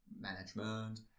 management